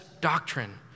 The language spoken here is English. doctrine